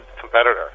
competitor